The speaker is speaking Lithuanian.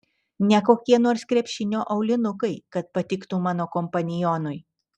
ne kokie nors krepšinio aulinukai kad patiktų mano kompanionui